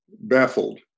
baffled